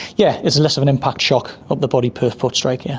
yeah it's less of an impact shock of the body per foot strike, yes.